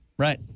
right